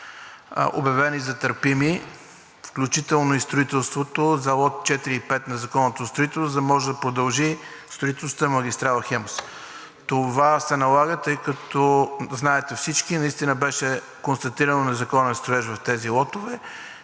обявени за търпими, включително и строителството за Лот 4 и 5 – незаконното строителство, за да може да продължи строителството на магистрала „Хемус“. Това се налага, тъй като всички знаете, че наистина беше констатиран незаконен строеж в тези лотове.